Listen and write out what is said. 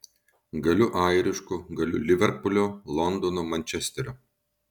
galiu airišku galiu liverpulio londono mančesterio